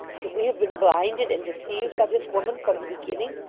that we have been blinded and deceived by this woman from the beginning?